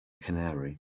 canary